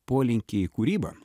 polinkį į kūrybą